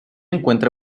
encuentra